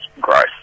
gross